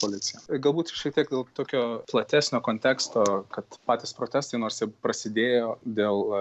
policija galbūt šiek tiek gal tokio platesnio konteksto kad patys protestai nors prasidėjo dėl